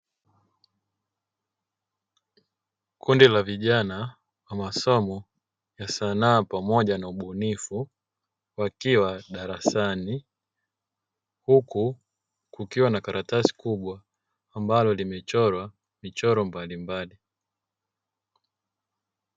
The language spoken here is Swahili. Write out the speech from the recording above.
Kundi la vijana wa masomo ya sanaa pamoja na ubunifu. Wakiwa darasani, huku kukiwa na karatasi kubwa ambalo limechorwa michoro mbalimbali.